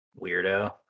weirdo